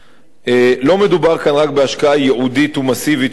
לא מדובר כאן רק בהשקעה ייעודית ומסיבית של משאבים,